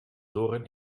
doorn